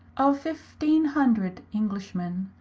of fifteen hundred englishmen,